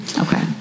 Okay